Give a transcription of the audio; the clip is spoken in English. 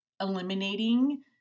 eliminating